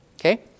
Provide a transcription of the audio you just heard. okay